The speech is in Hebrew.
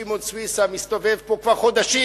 ששמעון סויסה מסתובב פה כבר חודשים,